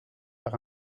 par